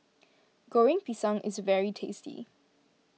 Goreng Pisang is very tasty